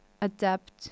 adapt